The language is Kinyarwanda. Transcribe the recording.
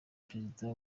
perezida